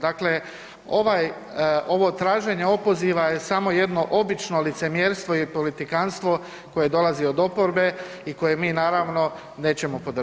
Dakle, ovaj, ovo traženje opoziva je samo jedno obično licemjerstvo i politikanstvo koje dolazi od oporbe i koje mi naravno nećemo podržati.